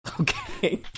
Okay